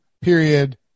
period